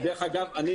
דרך אגב, אני